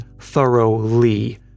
thoroughly